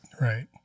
right